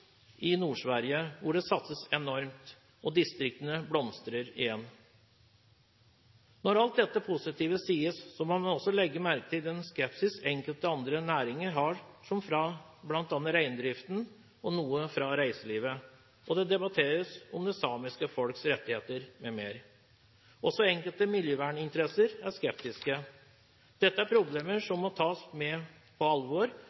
i Nord-Sverige hvor det satses enormt, og hvor distriktene blomstrer igjen. Når alt dette positive sies, må man også legge merke til den skepsis man får fra enkelte andre næringer, bl.a. fra reindriften og fra reiselivet. Det debatteres bl.a. om det samiske folks rettigheter m.m. Også enkelte miljøverninteresser er skeptiske. Dette er problemer som må tas på alvor,